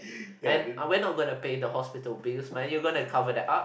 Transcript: and I went over to pay the hospital bills man you gonna cover that up